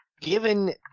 given